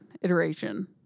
iteration